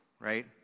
right